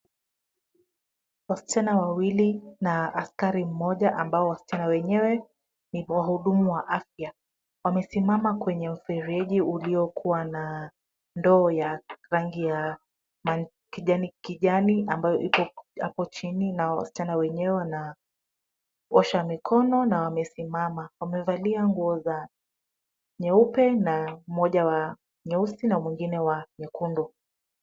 Wasichana wawili na askari mmoja ambao wasichana wenyewe ni wahudumu wa afya. Wamesimama kwenye mfereji uliokuwa na ndoo ya rangi ya kijani ambayo ipo hapo chini na wasichana wenyewe wanaosha mikono na wamesimama. Wamevalia nguo za nyeupe na mmoja wa nyeusi na mwingine wa nyekundu.